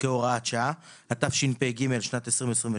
חברים, בוקר טוב לכולם.